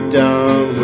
down